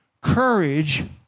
courage